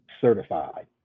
certified